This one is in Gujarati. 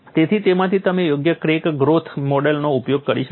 તેથી તેમાંથી તમે યોગ્ય ક્રેક ગ્રોથ મોડેલનો ઉપયોગ કરી શકો છો